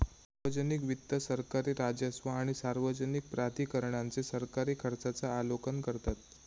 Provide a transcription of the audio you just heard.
सार्वजनिक वित्त सरकारी राजस्व आणि सार्वजनिक प्राधिकरणांचे सरकारी खर्चांचा आलोकन करतत